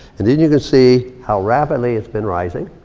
and then you can see how rapidly its been rising.